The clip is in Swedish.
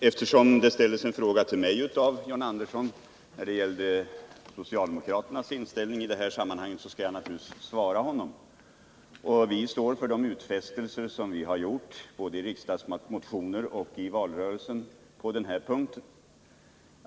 Herr talman! Eftersom John Andersson ställde en fråga till mig om socialdemokraternas inställning i detta sammanhang, skall jag naturligtvis svara honom. Vi socialdemokrater står för utfästelser som vi har gjort både i riksdagsmotioner och i valrörelsen på denna punkt.